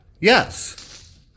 yes